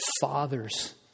fathers